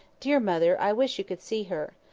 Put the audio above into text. dear mother, i wish you could see her!